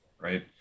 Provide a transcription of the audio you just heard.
right